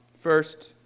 First